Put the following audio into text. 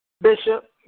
Bishop